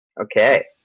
Okay